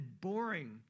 boring